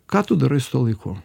ką tu darai su tuo laiku